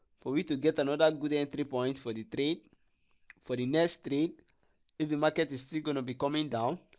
for we to get another good entry point for the trade for the next trade if the market is still gonna be coming down